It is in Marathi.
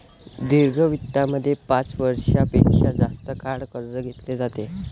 दीर्घ वित्तामध्ये पाच वर्षां पेक्षा जास्त काळ कर्ज घेतले जाते